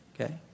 okay